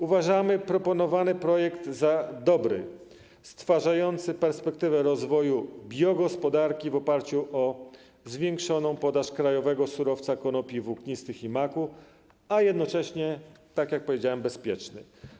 Uważamy proponowany projekt za dobry, stwarzający perspektywę rozwoju biogospodarki w oparciu o zwiększoną podaż krajowego surowca konopi włóknistych i maku, a jednocześnie, tak jak powiedziałem, bezpieczny.